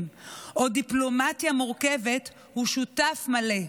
או דיפלומטיה מורכבת הוא שותף מלא.